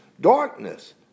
darkness